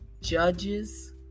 judges